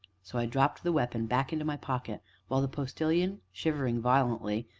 so i dropped the weapon back into my pocket while the postilion, shivering violently,